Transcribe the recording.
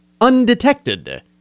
undetected